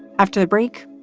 after the break.